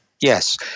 Yes